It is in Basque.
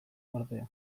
ordea